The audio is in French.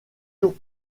jours